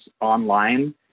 online